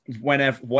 whenever